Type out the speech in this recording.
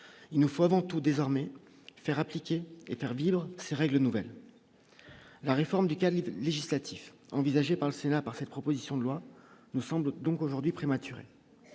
il nous faut avant tout désormais faire appliquer et faire vivre ses règles nouvelles : la réforme du législatif envisagée par le Sénat par cette proposition de loi nous semble donc aujourd'hui prématuré